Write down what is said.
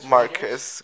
Marcus